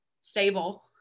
stable